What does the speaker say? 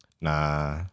Nah